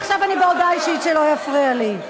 עכשיו אני בהודעה אישית, שלא יפריע לי.